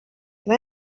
can